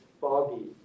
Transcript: foggy